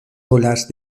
olas